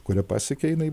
kurią pasiekė jinai